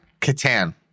Catan